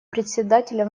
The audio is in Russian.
председателя